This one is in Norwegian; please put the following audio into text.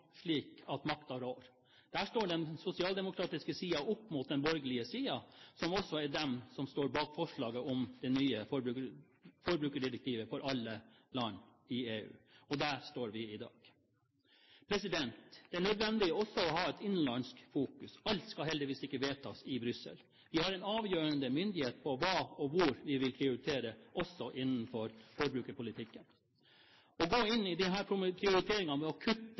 slik at makta rår. Der står den sosialdemokratiske siden opp mot den borgerlige siden, som også er den som står bak forslaget om det nye forbrukerdirektivet for alle land i EU – og der står vi i dag. Det er nødvendig også å ha et innenlandsk fokus. Alt skal heldigvis ikke vedtas i Brussel. Vi har en avgjørende myndighet når det gjelder hva og hvor vi vil prioritere også innenfor forbrukerpolitikken. Å gå inn i disse prioriteringene ved å kutte